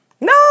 No